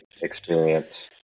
experience